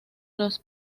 los